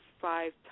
five